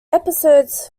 episodes